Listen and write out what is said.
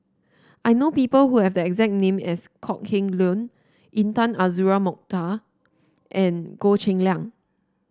I know people who have the exact name as Kok Heng Leun Intan Azura Mokhtar and Goh Cheng Liang